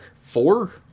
four